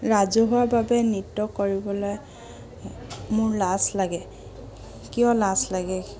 ৰাজহুৱাভাৱে নৃত্য কৰিবলৈ মোৰ লাজ লাগে কিয় লাজ লাগে